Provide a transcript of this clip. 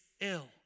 ill